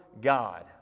God